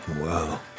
Wow